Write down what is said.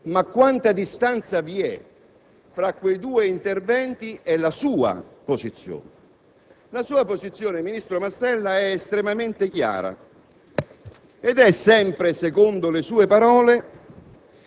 Stiamo parlando di un segmento della riforma Castelli sicuramente costituzionale, non me ne voglia, senatore Casson, non lo dico io, ma lo ha detto il Presidente della Repubblica